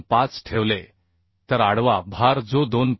25 ठेवले तर आडवा भार जो 2